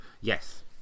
Yes